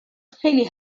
خیلی